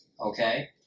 okay